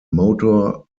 motor